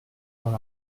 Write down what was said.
heure